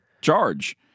charge